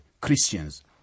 Christians